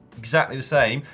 exactly the same,